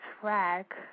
track